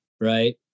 right